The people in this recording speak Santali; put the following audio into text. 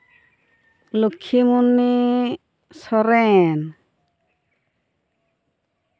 ᱞᱚᱠᱠᱷᱤᱢᱩᱱᱤ ᱥᱚᱨᱮᱱ